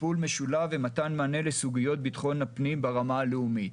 לטיפול משולב ומתן מענה לסוגיות ביטחון הפנים ברמה הלאומית.